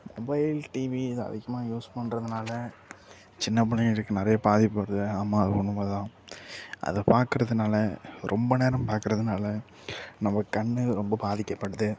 mobile TV அதிகமாக use பண்ணுறதுனால சின்ன பிள்ளைகளுக்கு நிறைய பாதிப்பு வருது ஆமாம் அது உண்மை தான் அதை பார்க்குறதுனால ரொம்ப நேரம் பார்க்குறதுனால நம்ம கண் ரொம்ப பாதிக்கப்படுது